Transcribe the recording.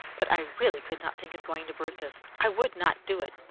but i really could not think of going to bertha's i would not do it,